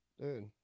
Dude